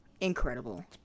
incredible